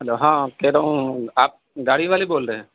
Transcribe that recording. hello ہاں کہہ رہا ہوں آپ گاڑی والے بول رہے ہیں